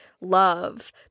love